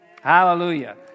Hallelujah